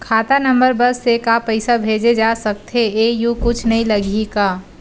खाता नंबर बस से का पईसा भेजे जा सकथे एयू कुछ नई लगही का?